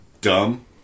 dumb